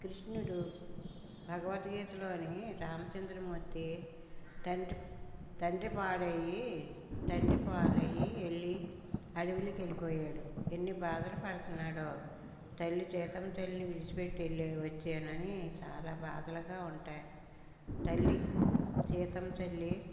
కృష్ణుడు భగవద్గీత లోని రామచంద్రమూర్తి తండ్రి తండ్రి పాడైయి తండ్రి పాలై వెళ్ళి అడవులకి వెళ్ళిపోయాడు ఎన్ని బాధలు పడుతున్నాడో తల్లి సీతమ్మ తల్లిని విడిచిపెట్టి వెళ్ళే వచ్చేనన్ని చాలా బాధలుగా ఉంటాయి తల్లి సీతమ్మ తల్లి